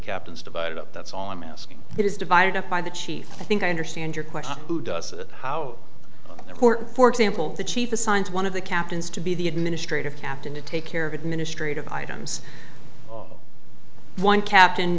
captains divided up that's all i'm asking it is divided up by the chief i think i understand your question who does it how important for example the chief assigns one of the captains to be the administrative captain to take care of administrative items one captain